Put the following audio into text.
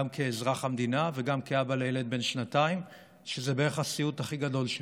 גם כאזרח המדינה וגם כאבא לילד בן שנתיים שזה בערך הסיוט הכי גדול שלו.